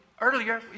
earlier